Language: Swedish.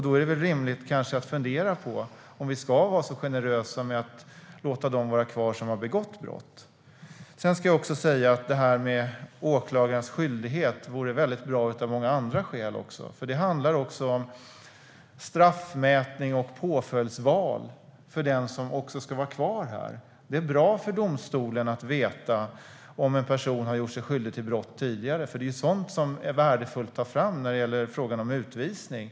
Då är det rimligt att fundera om vi ska vara så generösa med att låta dem som har begått brott vara kvar. Det här med åklagarens skyldighet vore bra också av många andra skäl. Det handlar även om straffmätning och påföljdsval för den som ska vara kvar. Det är bra för domstolen att veta om en person har gjort sig skyldig till brott tidigare, för det är sådant som är värdefullt att ta fram när det gäller frågan om utvisning.